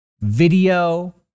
video